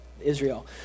Israel